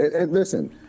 Listen